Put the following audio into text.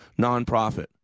nonprofit